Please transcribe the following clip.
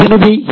எனவே என்